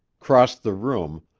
crossed the room,